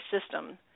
system